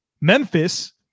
Memphis